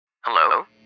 Hello